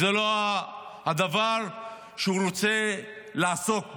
זה לא הדבר שהוא רוצה לעסוק בו,